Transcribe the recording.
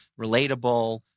relatable